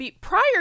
prior